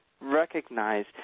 recognize